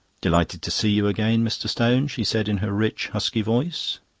delighted to see you again, mr. stone, she said in her rich, husky voice.